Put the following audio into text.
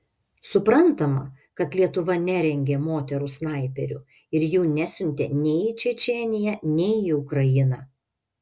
suprantama kad lietuva nerengė moterų snaiperių ir jų nesiuntė nei į čečėniją nei į ukrainą